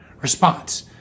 response